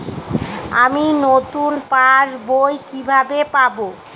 আমি নতুন পাস বই কিভাবে পাব?